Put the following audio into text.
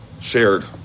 shared